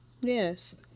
Yes